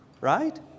right